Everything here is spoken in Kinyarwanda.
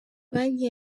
banki